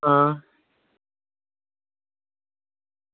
आं